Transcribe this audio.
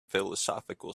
philosophical